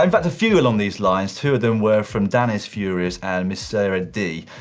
in fact, a few along these lines. two of them were from danisfurious and miss sara d.